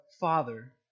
Father